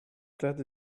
that